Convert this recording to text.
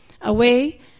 away